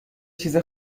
چیز